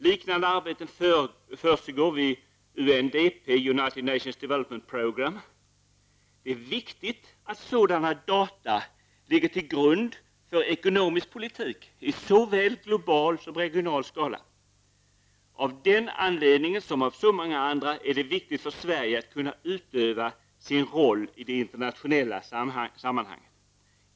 Liknande arbeten försiggår vid UNDP . Det är viktigt att sådana data ligger till grund för ekonomisk politik i såväl global som regional skala. Av den anledningen som av så många andra är det viktigt för Sverige att kunna utöva sin roll i det internationella sammanhanget.